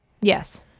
Yes